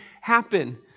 happen